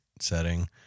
setting